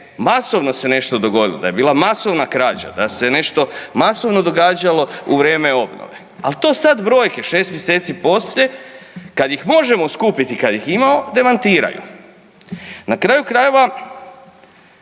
masovno se nešto dogodilo, da je bila masovna krađa, da se nešto masovno događalo u vrijeme obnove. Al to sad brojke 6 mjeseci poslije kad ih možemo skupiti, kad ih imamo demantiraju. Na kraju krajeva